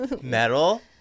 metal